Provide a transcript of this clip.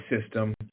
system